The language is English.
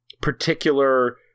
particular